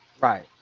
Right